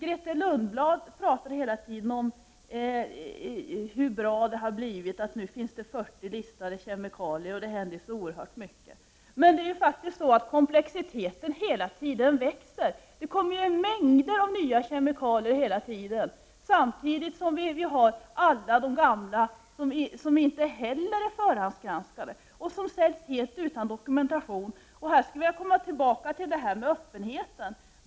Grethe Lundblad pratar hela tiden om hur bra det har blivit, att det nu finns 40 listade kemikalier och att det händer så oerhört mycket. Men komplexiteten växer hela tiden. Det kommer mängder av nya kemikalier hela tiden, samtidigt som alla de gamla inte heller är förhandsgranskade, utan säljs helt utan dokumentation. Här skulle jag vilja komma tillbaka till detta med öppenheten.